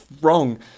wrong